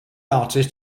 artist